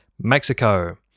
Mexico